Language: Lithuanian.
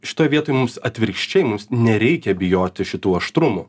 šitoj vietoj mums atvirkščiai mums nereikia bijoti šitų aštrumų